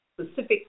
specific